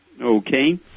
Okay